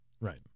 Right